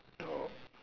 no